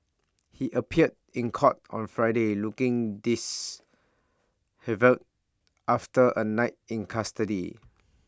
he appeared in court on Friday looking dis after A night in custody